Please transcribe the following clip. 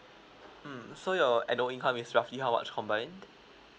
mm so you're a annual income is roughly how much combined